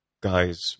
guys